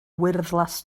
wyrddlas